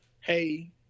hey